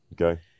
Okay